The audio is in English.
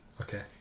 Okay